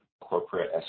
corporate